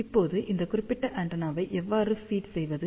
இப்போது இந்த குறிப்பிட்ட ஆண்டெனாவை எவ்வாறு ஃபீட் செய்வது